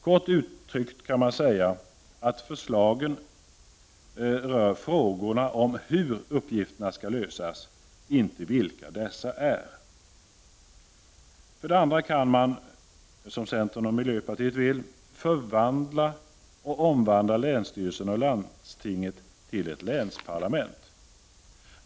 Kort uttryckt kan man säga att förslagen rör frågorna om hur uppgifterna skall lösas, inte vilka dessa är. För det andra kan man — som centern och miljöpartiet vill — omvandla länsstyrelsen och landstinget till ett länsparlament.